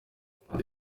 umuhanzi